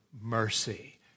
mercy